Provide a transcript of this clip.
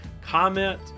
comment